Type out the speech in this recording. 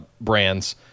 brands